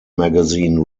magazine